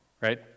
right